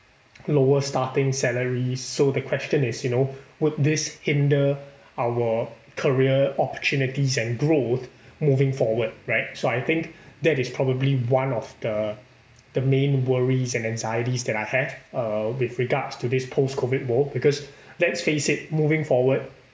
lower starting salaries so the question is you know would this hinder our career opportunities and growth moving forward right so I think that is probably one of the the main worries and anxieties that I have uh with regards to this post COVID world because let's face it moving forward